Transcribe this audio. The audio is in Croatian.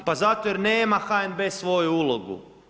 Pa zato jer nema HNB svoju ulogu.